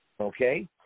Okay